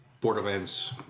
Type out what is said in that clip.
Borderlands